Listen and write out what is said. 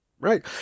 right